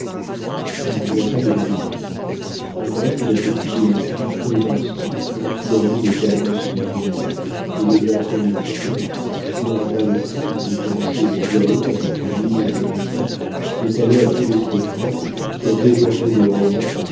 il n'y a pas de milieu un homme doit épouser une fille très instruite qui a lu les annonces des journaux et les a commentées qui a valsé et dansé le galop avec mille jeunes gens qui est allée à tous les spectacles qui a dévoré des romans